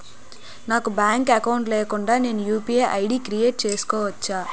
నాకు bank account లేకుండా నేను యు.పి.ఐ ఐ.డి క్రియేట్ చేసుకోవచ్చా?